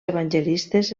evangelistes